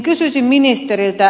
kysyisin ministeriltä